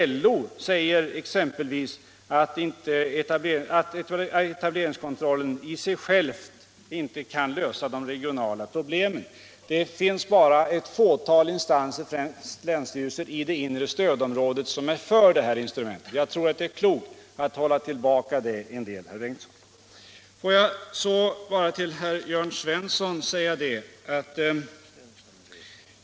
LO säger exempelvis att etableringskontrollen inte i sig själv kan lösa de regionala problemen. Det är bara ett fåtal instanser, främst länsstyrelser i det inre stödområdet, som är för detta instrument. Jag tror att det är klokt att hålla tillbaka det, herr Bengtsson. Låt mig bara säga några ord till herr Jörn Svensson.